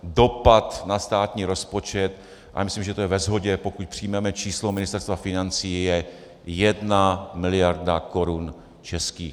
Dopad na státní rozpočet, a myslím, že to je ve shodě, pokud přijmeme číslo Ministerstva financí, je 1 mld. korun českých.